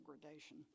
degradation